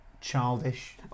Childish